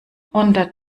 unter